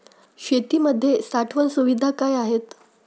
शेतीमध्ये साठवण सुविधा काय आहेत?